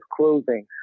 closing